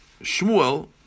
Shmuel